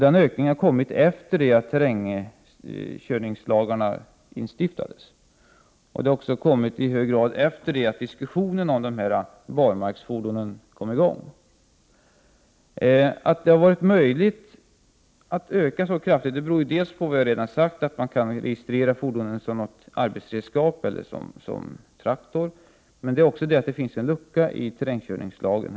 Den ökningen har också kommit efter det att terrängkörningslagstiftningen infördes. Den har dessutom i hög grad kommit efter det att diskussionen om dessa barmarksfordon kom i gång. Att denna kraftiga ökning varit möjlig beror dels på vad jag sagt, att man kan registrera fordonet som arbetsredskap eller traktor, dels på att det finns en lucka i terrängkörningslagen.